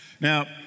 Now